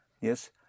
yes